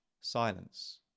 Silence